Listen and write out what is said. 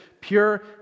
pure